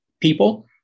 people